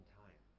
time